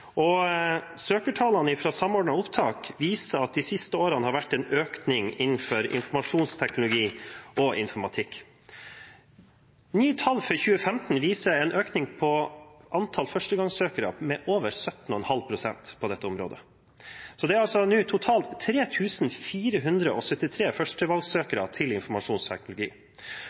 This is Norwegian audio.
de siste årene har vært en økning innenfor informasjonsteknologi og informatikk. Nye tall for 2015 viser en økning i antall førstegangssøkere med over 17,5 pst. på dette området, så det er altså nå totalt